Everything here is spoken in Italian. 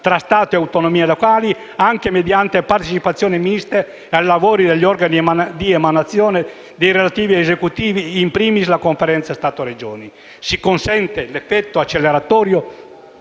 tra Stato e autonomie locali, anche mediante partecipazioni miste ai lavori degli organi di emanazione dei relativi esecutivi: *in primis*, la Conferenza Stato-Regioni. Si consente l'effetto acceleratorio,